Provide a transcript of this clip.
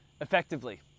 Effectively